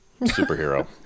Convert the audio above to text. superhero